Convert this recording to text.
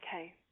okay